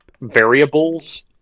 variables